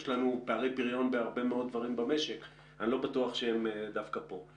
יש לנו פערי פריון בהרבה דברים במשק אבל אני לא בטוח שהם דווקא כאן.